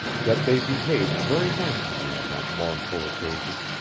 that they behaved very handsomely on that mournful occasion.